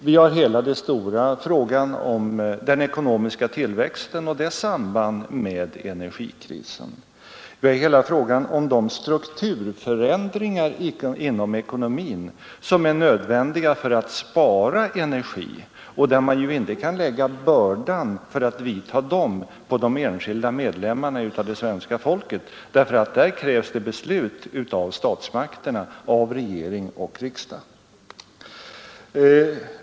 Vi har hela den stora frågan om den ekonomiska tillväxten och dess samband med oljekrisen, och vi har hela frågan om de strukturförändringar inom ekonomin som är nödvändiga för att spara olja. Och där kan man inte lägga bördan att vidta åtgärder på de enskilda medlemmarna av svenska folket, ty där krävs ett beslut av statsmakterna, alltså av regering och riksdag.